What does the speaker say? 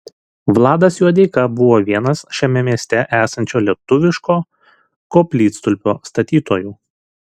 vladas juodeika buvo vienas šiame mieste esančio lietuviško koplytstulpio statytojų